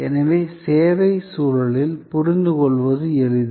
எனவே சேவை சூழலில் புரிந்துகொள்வது எளிது